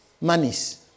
monies